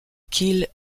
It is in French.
kiel